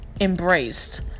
embraced